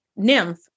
nymph